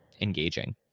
engaging